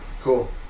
Cool